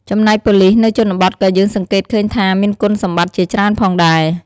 ចំណែកប៉ូលិសនៅជនបទក៏យើងសង្កេតឃើញថាមានគុណសម្បត្តិជាច្រើនផងដែរ។